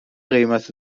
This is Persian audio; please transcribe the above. قیمت